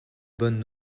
bonnes